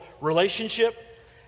relationship